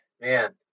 man